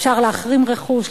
אפשר להחרים רכוש,